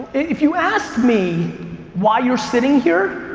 if you ask me why you're sitting here,